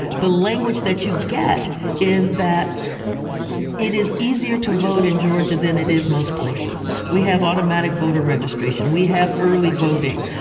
the language that you get is that it is easier to vote in georgia than it is most places. we have automatic voter registration, we have early voting.